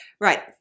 right